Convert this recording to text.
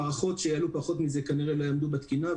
מערכות שיעלו פחות מזה כנראה לא יעמדו בתקינה,